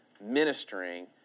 ministering